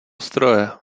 stroje